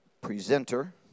presenter